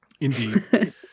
Indeed